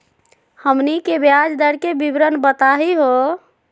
हमनी के ब्याज दर के विवरण बताही हो?